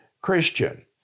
Christian